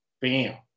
bam